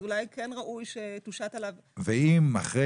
אז אולי כן ראוי שתושת עליו --- ואם אחרי